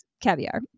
caviar